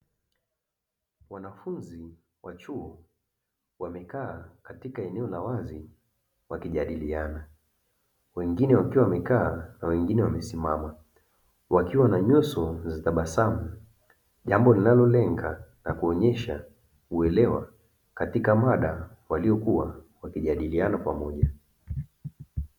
Wanafunzi wa chuo wamekaa katika eneo la wazi wakijadiliana. Wengine wakiwa wamekaa na wengine wamesimama wakiwa na nyuso za tabasamu, jambo linalolenga na kuonyesha uelewa katika mada waliyokuwa wakijadiliana pamoja.